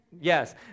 Yes